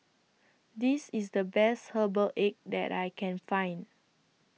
This IS The Best Herbal Egg that I Can Find